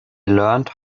learned